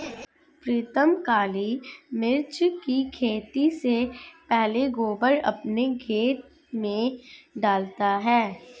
प्रीतम काली मिर्च की खेती से पहले गोबर अपने खेत में डालता है